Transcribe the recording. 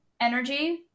energy